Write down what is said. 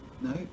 No